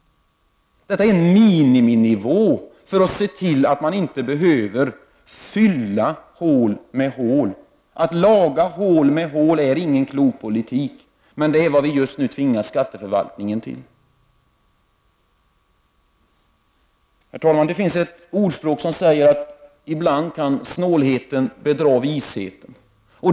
Det är en minimihöjning för att se till att man inte behöver fylla hålen med hål. Att laga hål med hål är ingen klok politik. Det är vad vi just nu tvingar skatteförvaltningen till. Herr talman! Det finns ett ordspråk som säger att snålheten bedrar visheten.